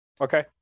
okay